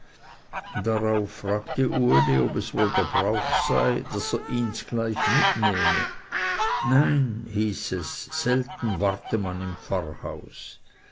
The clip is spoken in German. darauf fragte uli ob es wohl der brauch sei daß er ihns gleich mitnehme nein hieß es selten warte man im pfarrhaus